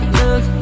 look